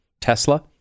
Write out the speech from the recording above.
Tesla